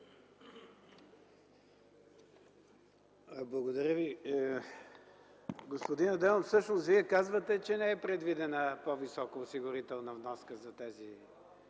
Благодаря Ви. Господин Адемов, всъщност Вие казвате, че не е предвидена по-висока осигурителна вноска.